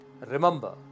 Remember